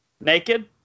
Naked